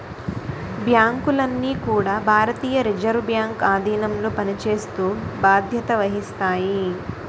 బ్యాంకులన్నీ కూడా భారతీయ రిజర్వ్ బ్యాంక్ ఆధీనంలో పనిచేస్తూ బాధ్యత వహిస్తాయి